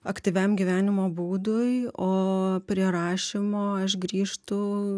aktyviam gyvenimo būdui o prie rašymo aš grįžtu